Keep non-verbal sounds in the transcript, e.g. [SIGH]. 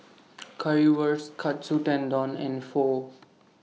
[NOISE] Currywurst Katsu Tendon and Pho